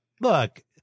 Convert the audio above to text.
Look